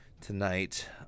tonight